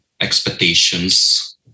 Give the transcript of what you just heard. expectations